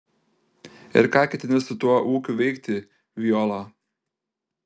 ir ką ketini su tuo ūkiu veikti viola